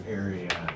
area